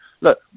look